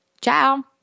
Ciao